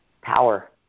power